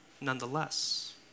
nonetheless